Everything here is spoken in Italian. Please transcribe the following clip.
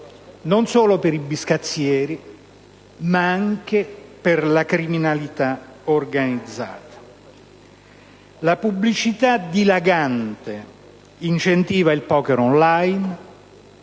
non solo per i biscazzieri ma anche per la criminalità organizzata. La pubblicità dilagante incentiva il poker *on line*,